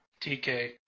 TK